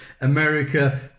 America